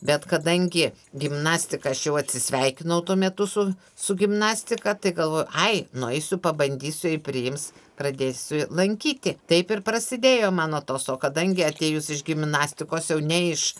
bet kadangi gimnastika aš jau atsisveikinau tuo metu su su gimnastika tai galvoju ai nueisiu pabandysiu jei priims pradėsiu lankyti taip ir prasidėjo mano tos o kadangi atėjus iš gimnastikos jau ne iš